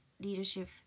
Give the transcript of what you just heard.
leadership